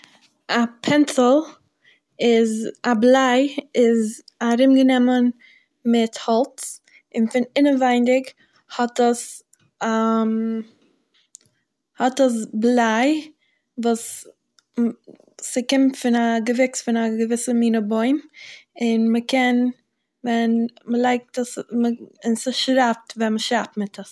א פענסיל איז א בליי, איז ארומגענומען מיט האלץ און פון אינעווייניג האט עס האט עס בליי וואס מ'- ס'קומט פון א געוויקס פון א געוויסע מינע בוים, און מ'קען- מען מ'לייגט עס- מ'- און ס'שרייבט ווען מ'שרייבט מיט עס.